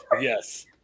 yes